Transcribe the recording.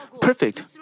perfect